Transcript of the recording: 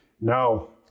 no